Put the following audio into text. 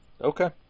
Okay